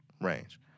range